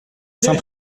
saint